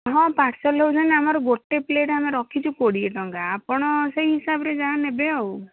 ହଁ ପାର୍ସଲ୍ ଦେଉଛନ୍ତି ଆମର ଗୋଟେ ପ୍ଲେଟ୍ ଆମେ ରଖିଛୁ କୋଡ଼ିଏ ଟଙ୍କା ଆପଣ ସେଇ ହିସାବରେ ଯାହା ନେବେ ଆଉ